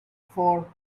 for